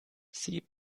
sie